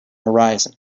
horizon